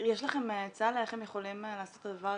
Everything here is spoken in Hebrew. יש לכם עצה איך הם יכולים לעשות את הדבר?